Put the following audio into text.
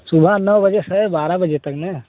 सुबह नौ बजे से है बारह बजे तक ने